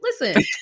Listen